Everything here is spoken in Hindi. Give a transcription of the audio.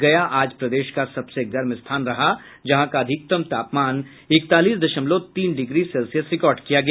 गया आज प्रदेश का सबसे गर्म स्थान रहा जहां का अधिकतम तापमान इकतालीस दशमलव तीन डिग्री सेल्सियस रिकॉर्ड किया गया